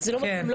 זה לא מתאים,